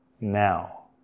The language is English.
now